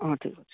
ହଁ ଠିକ୍ ଅଛି